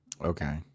Okay